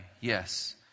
yes